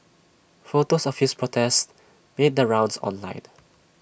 photos of his protest made the rounds online